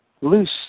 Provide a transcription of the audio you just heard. loose